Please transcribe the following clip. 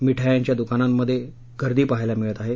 मिठायांच्या दुकानांमधेही गर्दी पहायला मिळते आहे